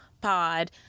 Pod